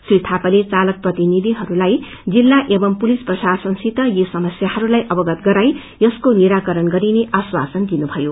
श्री थापाले चालक प्रतिनिधिहरूलाई जिल्ला एवं पुलिस प्रशासनसित यी समयाहरूलाई अवगत गराई यसको निराकरण गरिने आश्वासन दिनुभयो